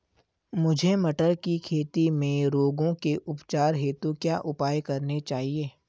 मुझे मटर की खेती में रोगों के उपचार हेतु क्या उपाय करने चाहिए?